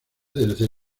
desde